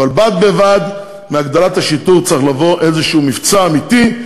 אבל בד בבד עם הגדלת השיטור צריך לבוא איזשהו מבצע אמיתי,